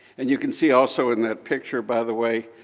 and you can see also in that picture, by the way,